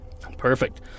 Perfect